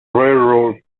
railroad